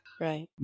right